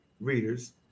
readers